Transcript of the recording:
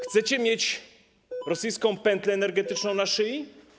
Chcecie mieć rosyjską pętlę energetyczną na szyi?